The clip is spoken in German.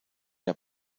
der